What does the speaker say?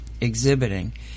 exhibiting